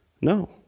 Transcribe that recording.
No